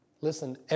Listen